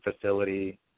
facility